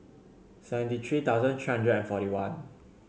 seventy three thousand three hundred and forty one